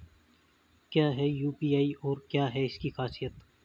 क्या है यू.पी.आई और क्या है इसकी खासियत?